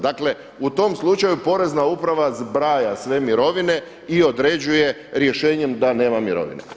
Dakle u tom slučaju porezna uprava zbraja sve mirovine i određuje rješenjem da nema mirovine.